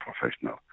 professional